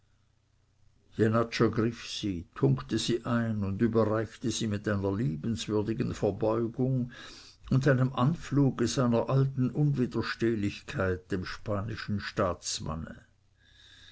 tunkte sie ein und überreichte sie mit einer liebenswürdigen verbeugung und einem anfluge seiner alten unwiderstehlichkeit dem spanischen staatsmanne